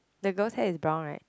the girl's hair is brown right